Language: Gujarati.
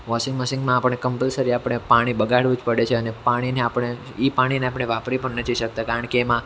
વોશિંગ મશીનમાં આપણે કંપલસરી આપણે પાણી બગાડવું જ પડે છે અને પાણીને આપણે એ પાણીને આપણે વાપરી પણ નથી શકતા કારણ કે એમાં